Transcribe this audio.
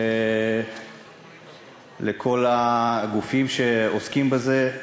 לכל הגופים שעוסקים בזה.